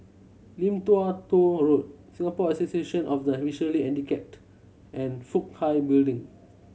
Lim Tua Tow Road Singapore Association of the Visually Handicapped and Fook Hai Building